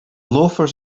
loafers